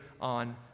on